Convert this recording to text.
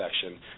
section